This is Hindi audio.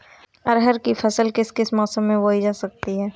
अरहर की फसल किस किस मौसम में बोई जा सकती है?